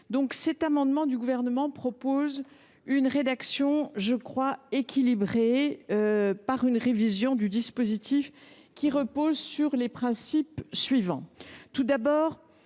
Par cet amendement, le Gouvernement propose une rédaction que j’estime équilibrée. Il prévoit une révision du dispositif qui repose sur les principes suivants